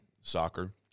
soccer